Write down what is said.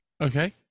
Okay